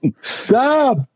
stop